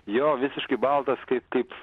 jo visiškai baltas kaip kaip